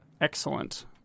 Excellent